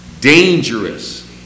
dangerous